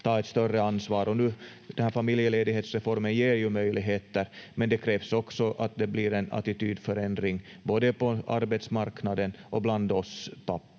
ta ett större ansvar, och den här familjeledighetsreformen ger ju nu möjligheter, men det krävs också att det blir en attitydförändring, både på arbetsmarknaden och bland oss